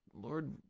Lord